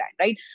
right